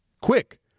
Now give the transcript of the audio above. quick